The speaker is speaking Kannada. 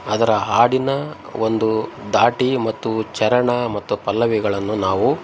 ಅದರ ಹಾಡಿನ ಒಂದು ಧಾಟಿ ಮತ್ತು ಚರಣ ಮತ್ತು ಪಲ್ಲವಿಗಳನ್ನು ನಾವು